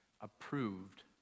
approved